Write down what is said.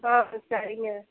ஆ சரிங்க